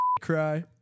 cry